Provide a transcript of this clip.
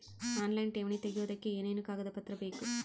Online ಠೇವಣಿ ತೆಗಿಯೋದಕ್ಕೆ ಏನೇನು ಕಾಗದಪತ್ರ ಬೇಕು?